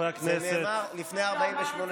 אלו דברים של ראש המפלגה שלך.